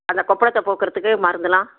அந்த கொப்பளத்தை போக்குறத்துக்கு மருந்தெல்லாம்